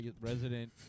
resident